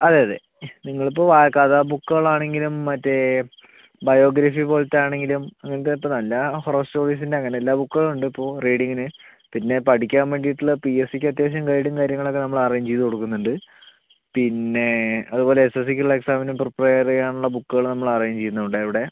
അതെ അതെ നിങ്ങൾ ഇപ്പം വായിക്കാത്ത ബുക്കുകൾ ആണെങ്കിലും മറ്റെ ബയോഗ്രഫി പോലത്തെ ആണെങ്കിലും അങ്ങനത്തെ അത്ര അല്ല പ്ലസ് ടു ബേസിൻ്റ അങ്ങനെ എല്ലാ ബുക്കുകൾ ഉണ്ട് ഇപ്പം റീഡിംഗിന് പിന്നെ പഠിക്കാൻ വേണ്ടിയിട്ട് ഉള്ള പി എസ് സി ക്ക് അത്യാവശ്യം ഗൈഡും കാര്യങ്ങൾ ഒക്കെ നമ്മൾ അറേഞ്ച് ചെയ്ത് കൊടുക്കുന്നുണ്ട് പിന്നെ അതുപോലെ എസ്എസ്സിക്ക് ഉള്ള എക്സാമിനും പ്രിപ്പേറ് ചെയ്യാൻ ഉള്ള ബുക്കുകള് നമ്മള് അറേഞ്ച് ചെയ്യുന്നുണ്ട് ഇവിടെ